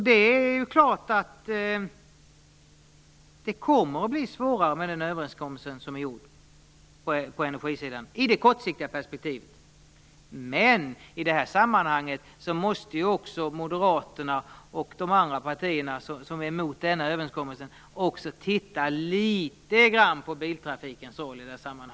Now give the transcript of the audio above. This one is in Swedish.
Det är klart att det kommer att bli svårare med den överenskommelse som är gjord på energisidan, i det kortsiktiga perspektivet. I det sammanhanget måste också Moderaterna, och de andra partierna som är emot denna överenskommelse, titta litet grand på biltrafikens roll.